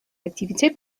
activités